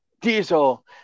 Diesel